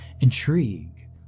Intrigue